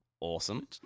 Awesome